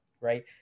right